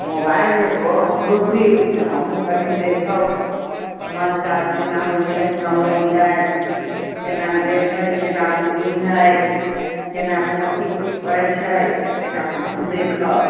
mobile एगो हमरो दीउ तऽ हमहूँ कनी देखब समाचार केना होइत छै ना होइत छै केना देश हइ केना होइत हइ केना कथी करैत छै से कनिटा हमहूँ देखब